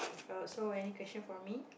err so any question for me